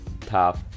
top